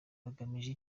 bagamije